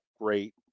great